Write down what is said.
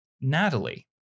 Natalie